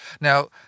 Now